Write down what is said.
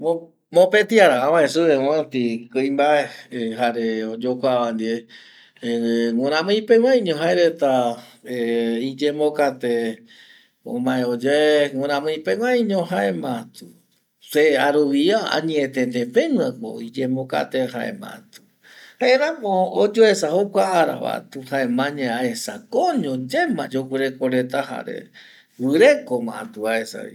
Mopeti ara avae supe mopeti kuimbae jare oyokua va ndie, miramii peguaiño jae reta iyembokate omae oyoe miramii peguaiño jaema tu se aroviaa añetete pegua ko iyembokate jaema tu jaeramo oyoesa jokua ara va tu, jaema añae aesa koño yaema yoguireko reta jare guireko ma tu aesa vi